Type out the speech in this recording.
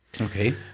Okay